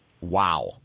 Wow